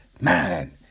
man